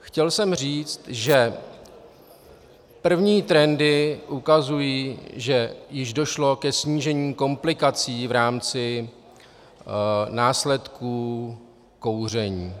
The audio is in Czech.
Chtěl jsem říct, že první trendy ukazují, že již došlo ke snížení komplikací v rámci následků kouření.